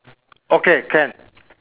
okay can